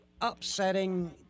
upsetting